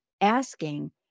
asking